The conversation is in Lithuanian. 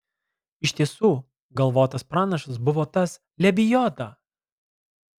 iš tiesų galvotas pranašas buvo tas lebioda